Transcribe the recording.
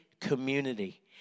community